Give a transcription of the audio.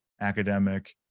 academic